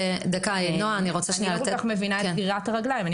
אני לא כל כך מבינה את גרירת הרגליים ואני